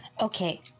Okay